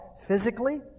physically